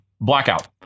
Blackout